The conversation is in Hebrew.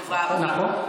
חד-משמעי.